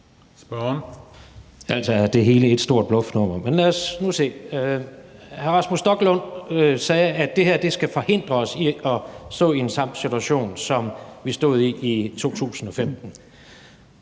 Hr. Rasmus Stoklund sagde, at det her skal forhindre os i at stå i den samme situation, som vi stod i i 2015.